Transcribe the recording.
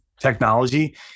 technology